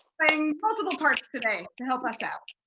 playing multiple parts today to help us out.